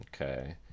Okay